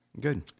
Good